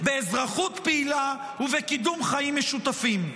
באזרחות פעילה ובקידום חיים משותפים.